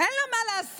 אין לו מה לעשות.